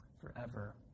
forever